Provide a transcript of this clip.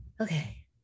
okay